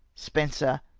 spencer,